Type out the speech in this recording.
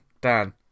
Dan